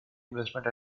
investment